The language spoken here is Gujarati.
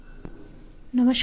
દિપક ખેમાણી Prof